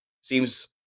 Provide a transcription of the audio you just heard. Seems